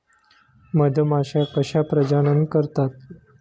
मधमाश्या कशा प्रजनन करतात?